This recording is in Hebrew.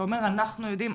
אתה אומר "אנחנו יודעים".